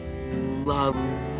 love